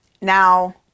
Now